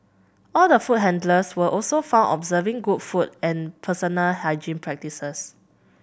all the food handlers were also found observing good food and personal hygiene practices